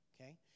okay